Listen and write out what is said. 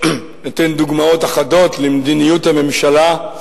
אתן דוגמאות אחדות למדיניות הממשלה,